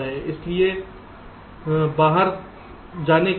इसलिए बाहर जाने के लिए